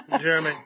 Jeremy